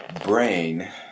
brain